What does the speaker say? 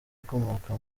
ukomoka